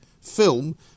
film